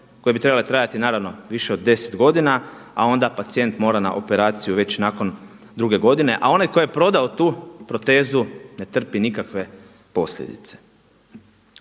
koje bi trebale trajati naravno više od deset godina, a onda pacijent mora na operaciju već nakon druge godine. A onaj tko je prodao tu protezu ne trpi nikakve posljedice.